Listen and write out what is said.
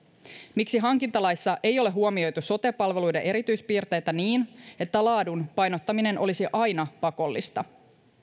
miksi hankintalaissa ei ole huomioitu sote palveluiden erityispiirteitä niin että laadun painottaminen olisi aina pakollista